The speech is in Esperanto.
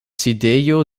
sidejo